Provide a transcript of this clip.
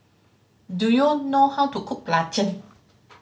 do you know how to cook belacan